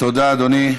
תודה, אדוני.